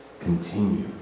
continue